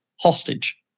hostage